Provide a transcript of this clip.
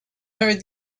heard